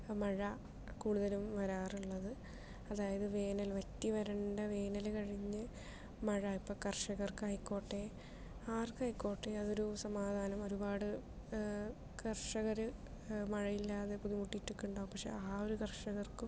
മഴ കൂടുതലും വരാറുള്ളത് അതായത് വേനൽ വറ്റി വരണ്ട വേനലുകഴിഞ്ഞു മഴ ഇപ്പോൾ കർഷകർക്കായിക്കോട്ടെ ആർക്കായിക്കോട്ടെ അതൊരു സമാധാനം ഒരുപാട് കർഷകര് മഴയില്ലാത്ത ബുദ്ധിമുട്ടിയിട്ട് നിൽക്കുന്നുണ്ടാകും പക്ഷെ ആ ഒരു കർഷകർക്കും